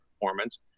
performance